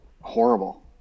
horrible